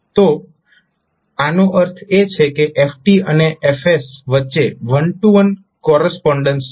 તો આનો અર્થ એ છે કે f અને F વચ્ચે વન ટૂ વન કોરસ્પોન્ડન્સ છે